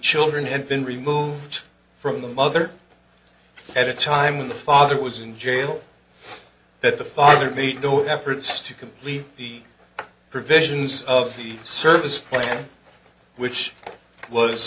children had been removed from the mother at a time when the father was in jail that the father made no efforts to complete the provisions of the service plan which was